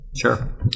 Sure